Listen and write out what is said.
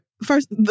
First